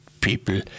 people